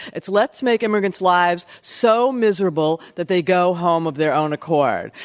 it's, let's make immigrants' lives so miserable that they go home of their own accord.